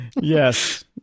Yes